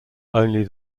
only